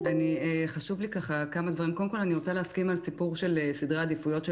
אני רוצה להסכים על סיפור של סדרי עדיפויות של